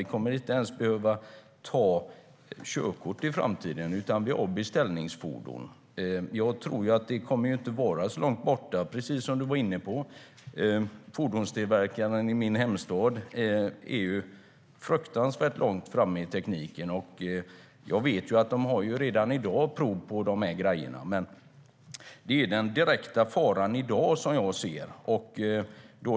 Vi kommer inte ens att behöva ta körkort i framtiden, utan vi har beställningsfordon. Jag tror inte att det är så långt borta. Fordonstillverkaren i min hemstad är fruktansvärt långt framme i tekniken. Jag vet att de redan i dag har prov på de här grejerna. Men det är den direkta faran i dag som jag ser.